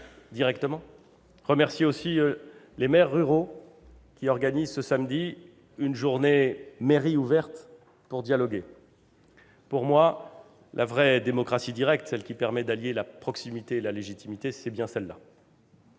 directement, pour remercier aussi les maires ruraux, qui organisent ce samedi une journée « mairie ouverte » pour dialoguer. Pour moi, la vraie démocratie directe, celle qui permet d'allier proximité et légitimité, c'est bien celle-là.